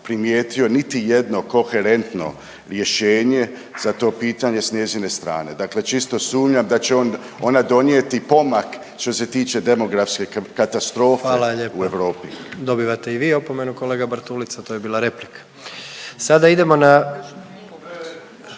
primijetio niti jedno koherentno rješenje za to pitanje sa njezine strane. Dakle, čisto sumnjam da će ona donijeti pomak što se tiče demografske katastrofe u Europi. **Jandroković, Gordan (HDZ)** Hvala lijepo. Dobivate i vi opomenu kolega Bartulica to je bila replika. Sada idemo na